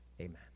Amen